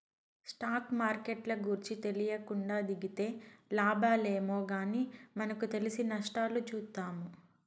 stock మార్కెట్ల గూర్చి తెలీకుండా దిగితే లాబాలేమో గానీ మనకు తెలిసి నష్టాలు చూత్తాము